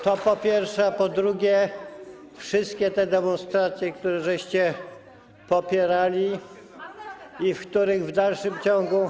To po pierwsze, a po drugie wszystkie te demonstracje, które popieraliście i w których w dalszym ciągu.